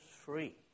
free